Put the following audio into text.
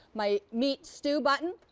my meat stew button.